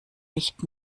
nicht